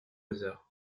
hasard